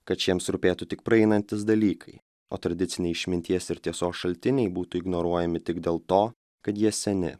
kad šiems rūpėtų tik praeinantys dalykai o tradiciniai išminties ir tiesos šaltiniai būtų ignoruojami tik dėl to kad jie seni